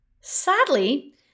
Sadly